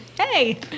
Hey